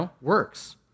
works